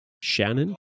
Shannon